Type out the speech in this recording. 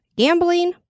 gambling